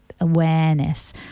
awareness